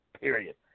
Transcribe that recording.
period